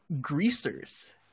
greasers